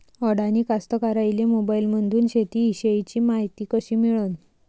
अडानी कास्तकाराइले मोबाईलमंदून शेती इषयीची मायती कशी मिळन?